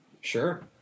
Sure